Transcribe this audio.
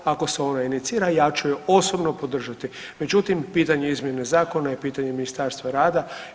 Ako se ona inicira ja ću je osobno podržati, međutim pitanje izmjene zakona je pitanje Ministarstva rada.